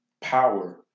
power